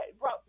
bro